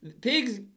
pigs